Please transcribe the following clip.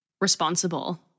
responsible